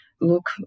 look